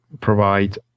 provide